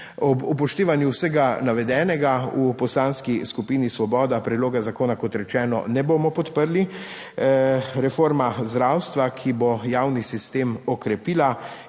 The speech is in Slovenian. Ob upoštevanju vsega navedenega v Poslanski skupini svoboda predloga zakona, kot rečeno, ne bomo podprli. Reforma zdravstva, ki bo javni sistem okrepila